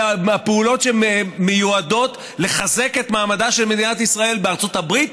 אלה פעולות שמיועדות לחזק את מעמדה של מדינת ישראל בארצות הברית,